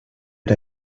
per